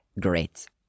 great